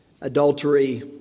adultery